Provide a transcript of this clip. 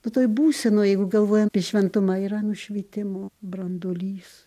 toj būsenoj jeigu galvojam apie šventumą yra nušvitimo branduolys